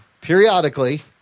periodically